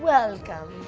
welcome!